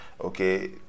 okay